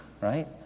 right